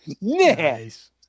Nice